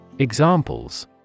Examples